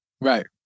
Right